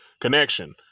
connection